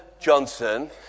Johnson